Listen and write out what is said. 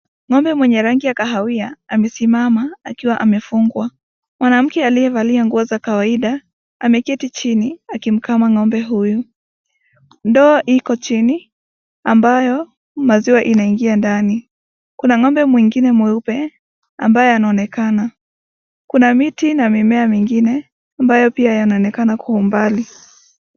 Ng'ombe mwenye rangi ya kahawia amesimama akiwa amefungwa. Mwanamke aliyevalia nguo za kawaida ameketi chini akimkama Ng'ombe huyu. Ndoo iko chini ambayo maziwa inaingia ndani. Kuna Ng'ombe mwingine mweupe ambaye anaonekana. Kuna miti na mimea mingine ambayo pia yanaonekana kwa umbali.